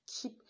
keep